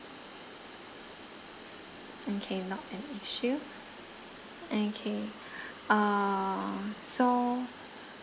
mm K not an issue okay uh so